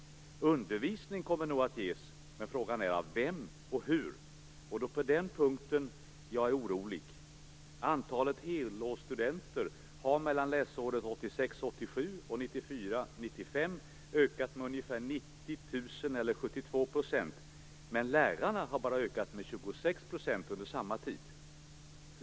Undervisning kommer nog att ges, men frågan är av vem och hur. Det är på den punkten jag är orolig. Mellan läsåren 86 95 har antalet helårsstudenter ökat med ungefär 90 000 eller 72 %, men lärarna har bara ökat med 26 % under samma tid.